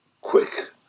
quick